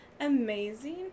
amazing